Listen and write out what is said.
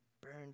burned